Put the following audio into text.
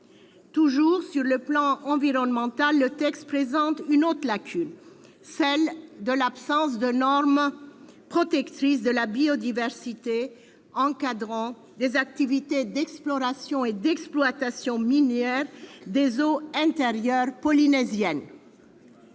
les îles. Sur le plan environnemental, le texte présente une autre lacune : l'absence de normes protectrices de la biodiversité encadrant les activités d'exploration et d'exploitation minière des eaux intérieures polynésiennes.